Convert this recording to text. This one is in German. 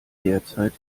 derzeit